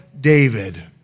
David